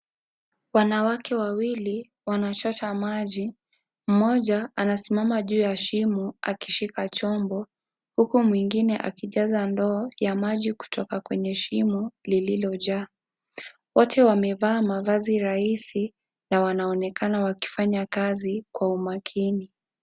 Wanawake wawili wanachota maji. Mmoja anasimama juu ya shimo akishika chombo huku mwingine akijaza ndoo ya maji kutoka kwenye shimo lililojaa. Wote wamevaa mavazi rahisi na wanaonekana wakifanya kazi kwa umakini.